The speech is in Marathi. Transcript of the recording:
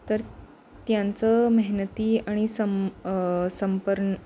तर त्यांचं मेहनती आणि संप संपर्ण